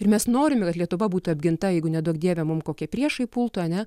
ir mes norime kad lietuva būtų apginta jeigu neduok dieve mum kokie priešai pultų ane